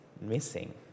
missing